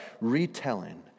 Retelling